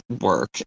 work